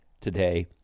today